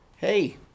Hey